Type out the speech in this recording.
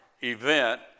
event